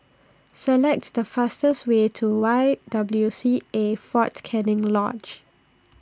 selects The fastest Way to Y W C A Fort Canning Lodge